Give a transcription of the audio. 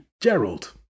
Gerald